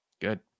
Good